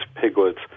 piglets